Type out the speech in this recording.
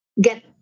get